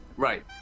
Right